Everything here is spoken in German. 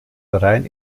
rein